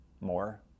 more